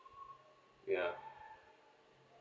ya